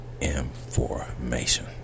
information